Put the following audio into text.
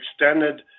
extended